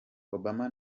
obama